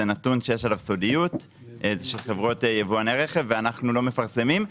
זה נתון שיש עליו סודיות של חברות יבואני רכב ואנחנו לא מפרסמים.